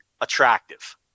attractive